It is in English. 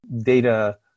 data